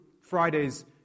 Friday's